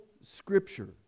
Scripture